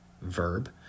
verb